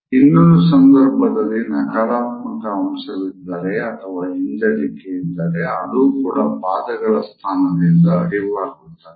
ಇನ್ನೊಂದು ಸಂದರ್ಭದಲ್ಲಿ ನಕಾರಾತ್ಮಕ ಅಂಶವಿದ್ದರೆ ಅಥವಾ ಹಿಂಜರಿಕೆಯಿದ್ದರೆ ಅದು ಕೂಡ ಪಾದಗಳ ಸ್ಥಾನದಿಂದ ಅರಿವಾಗುತ್ತದೆ